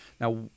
now